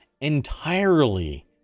entirely